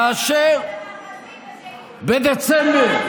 הומניטרי זה לפרק את המאחזים, בדצמבר,